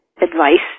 advice